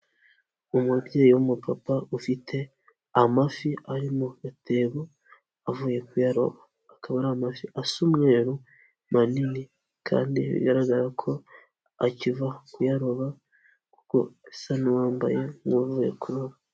Umubyeyi w'umupapa ufite amafi ari mu gatebo avuye ku yaroba, akaba ari amafi asa umweru manini kandi bigaragara ko akiva kuyaroba kuko asa n'uwambaye nk'uvuye kuroba.